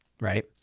right